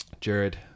Jared